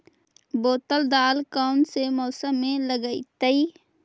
बैतल दाल कौन से मौसम में लगतैई?